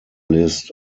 list